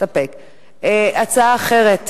נסתפק בתשובה.